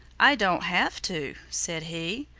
i don't have to, said he.